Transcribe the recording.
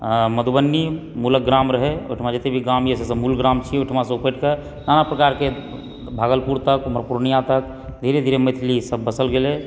मधुबनी मूलक ग्राम रहय ओहिठमा जतय भी ग्राम छियै से सब मूल ग्राम छियै ओहिठामसंँ उपटिकऽ नाना प्रकारकेँ भागलपुर तक पूर्णिया तक धीरे धीरे मैथिली सब बसैत गेलै